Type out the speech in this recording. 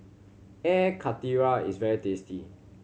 Air Karthira is very tasty